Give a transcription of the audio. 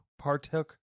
partook